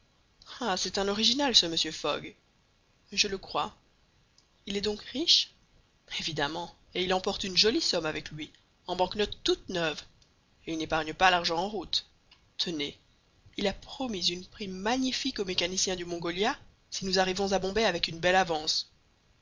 ah c'est un original ce mr fogg je le crois il est donc riche évidemment et il emporte une jolie somme avec lui en bank notes toutes neuves et il n'épargne pas l'argent en route tenez il a promis une prime magnifique au mécanicien du mongolia si nous arrivons à bombay avec une belle avance